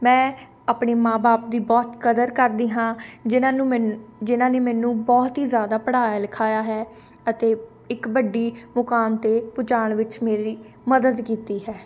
ਮੈਂ ਆਪਣੇ ਮਾਂ ਬਾਪ ਦੀ ਬਹੁਤ ਕਦਰ ਕਰਦੀ ਹਾਂ ਜਿਨ੍ਹਾਂ ਨੂੰ ਮੈਨ ਜਿਨ੍ਹਾਂ ਨੇ ਮੈਨੂੰ ਬਹੁਤ ਹੀ ਜ਼ਿਆਦਾ ਪੜ੍ਹਾਇਆ ਲਿਖਾਇਆ ਹੈ ਅਤੇ ਇੱਕ ਵੱਡੀ ਮੁਕਾਮ 'ਤੇ ਪਹੁੰਚਾਉਣ ਵਿੱਚ ਮੇਰੀ ਮਦਦ ਕੀਤੀ ਹੈ